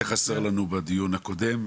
היית חסר לנו בדיון הקודם.